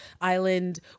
island